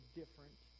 different